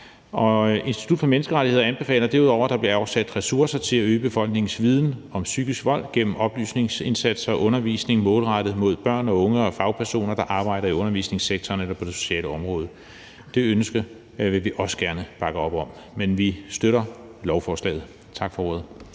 Institut for Menneskerettigheder anbefaler derudover, at der bliver afsat ressourcer til at øge befolkningens viden om psykisk vold gennem oplysningsindsatser og undervisning målrettet børn og unge og fagpersoner, der arbejder i undervisningssektoren eller på det sociale område. Det ønske vil vi også gerne bakke op om. Vi støtter lovforslaget. Tak for ordet.